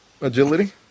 agility